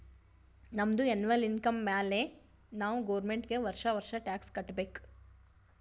ನಮ್ದು ಎನ್ನವಲ್ ಇನ್ಕಮ್ ಮ್ಯಾಲೆ ನಾವ್ ಗೌರ್ಮೆಂಟ್ಗ್ ವರ್ಷಾ ವರ್ಷಾ ಟ್ಯಾಕ್ಸ್ ಕಟ್ಟಬೇಕ್